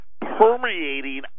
permeating